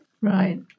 Right